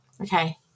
Okay